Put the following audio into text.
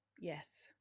Yes